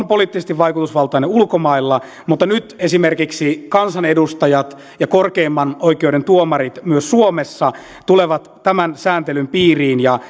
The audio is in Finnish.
poliittisesti vaikutusvaltainen ulkomailla mutta nyt esimerkiksi kansanedustajat ja korkeimman oikeuden tuomarit myös suomessa tulevat tämän sääntelyn piiriin ja